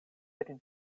pri